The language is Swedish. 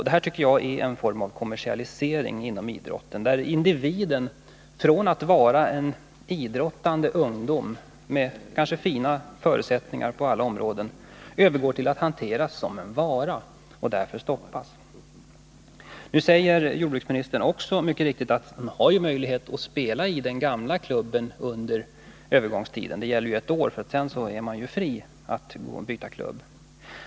Det här tycker jag är en form av kommersialisering inom idrotten, där individen från att vara en idrottande ungdom med kanske fina förutsättningar på alla områden övergår till att hanteras som en vara och därför stoppas. Nu säger jordbruksministern också mycket riktigt att man har ju möjlighet att spela i den gamla klubben under övergångstiden — det gäller ett år, och sedan är man fri att byta klubb.